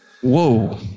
Whoa